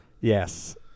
Yes